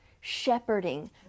shepherding